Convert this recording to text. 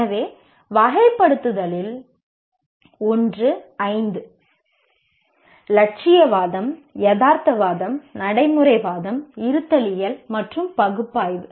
எனவே வகைப்படுத்தலில் ஒன்று இந்த ஐந்து இலட்சியவாதம் யதார்த்தவாதம் நடைமுறைவாதம் இருத்தலியல் மற்றும் பகுப்பாய்வு